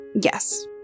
Yes